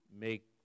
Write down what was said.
make